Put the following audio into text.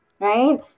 right